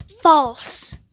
False